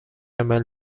عمل